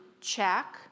Check